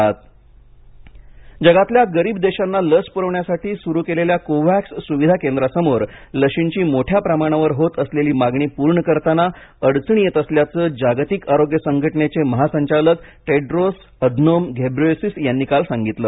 जग कोरोना लसीकरण पूल सारंग जगातल्या गरीब देशांना लस पुरविण्यासाठी सुरू केलेल्या कोव्हॅक्स सुविधा केंद्रासमोर लशींची मोठ्या प्रमाणावर होत असलेली मागणी पूर्ण करताना अडचणी येत असल्याचं जागतिक आरोग्य संघटनेचे महासंचालक टेड्रोस अधनोम घेब्रेयेसूस यांनी काल सांगितलं